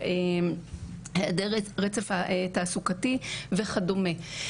היעדר רצף תעסוקתי וכדומה.